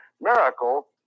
miracle